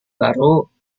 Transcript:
baru